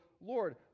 Lord